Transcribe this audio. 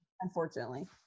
unfortunately